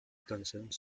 concerns